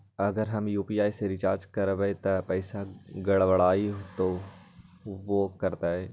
अगर हम यू.पी.आई से रिचार्ज करबै त पैसा गड़बड़ाई वो करतई?